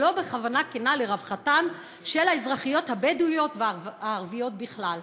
ולא בכוונה כנה לרווחתן של האזרחיות הבדואיות והערביות בכלל.